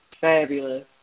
Fabulous